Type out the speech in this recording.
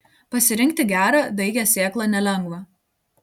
pasirinkti gerą daigią sėklą nelengva